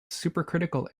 supercritical